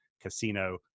Casino